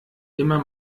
immer